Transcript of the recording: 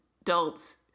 adults